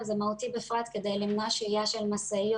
וזה מהותי בפרט כדי למנוע שהייה של משאיות